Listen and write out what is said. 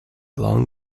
long